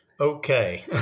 okay